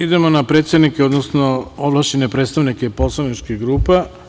Idemo na predsednike, odnosno ovlašćene predstavnike poslaničkih grupa.